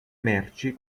merci